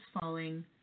falling